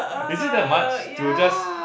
is it that much to just